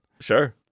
Sure